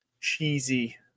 cheesy